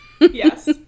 Yes